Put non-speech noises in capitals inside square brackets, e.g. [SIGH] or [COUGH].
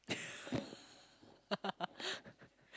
[LAUGHS]